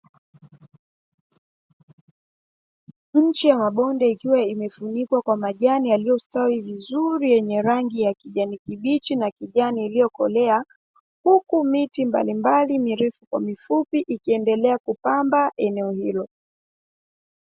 Nchi ya mabonde ikiwa imefunikwa kwa majani yaliyostawi vizuri yenye rangi ya kijani kibichi na kijani iliyokolea, huku miti mbalimbali mirefu kwa mifupi, ikiendelea kupamba eneo hilo.